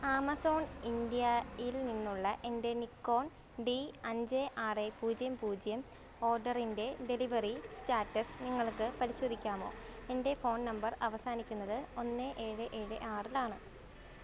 Amazon ഇന്ത്യയിൽ നിന്നുള്ള എന്റെ നിക്കോൺ ഡി അഞ്ച് ആറ് പൂജ്യം പൂജ്യം ഓർഡറിന്റെ ഡെലിവറി സ്റ്റാറ്റസ് നിങ്ങൾക്ക് പരിശോധിക്കാമോ എൻ്റെ ഫോൺ നമ്പർ അവസാനിക്കുന്നത് ഒന്ന് ഏഴ് ഏഴ് ആറിലാണ്